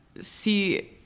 see